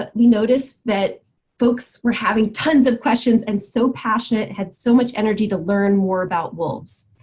but we noticed that folks were having tons of questions and so passionate, had so much energy to learn more about wolves.